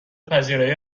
پذیرایی